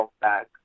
back